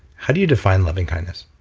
how do you define loving kindness?